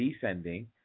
descending